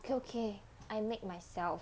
okay okay I make myself